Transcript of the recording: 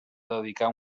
dedicar